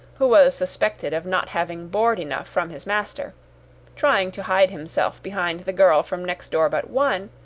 who was suspected of not having board enough from his master trying to hide himself behind the girl from next door but one,